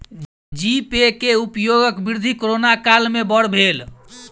जी Pay के उपयोगक वृद्धि कोरोना काल में बड़ भेल